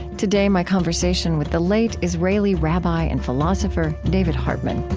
today my conversation with the late israeli rabbi and philosopher david hartman